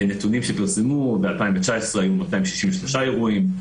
נתונים שפרסמו ב-2019 היו 263 אירועים,